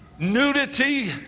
nudity